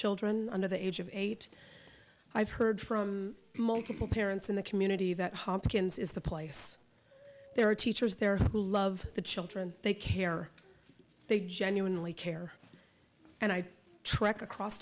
children under the age of eight i've heard from multiple parents in the community that hopkins is the place there are teachers there who love the children they care or they genuinely care and i trek across